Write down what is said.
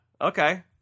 okay